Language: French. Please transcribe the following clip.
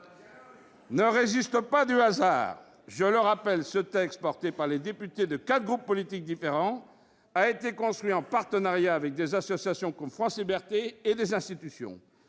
ne résulte pas du hasard. Ce texte, porté, je le rappelle, par des députés de quatre groupes politiques différents, a été construit en partenariat avec des associations comme France Libertés et certaines institutions.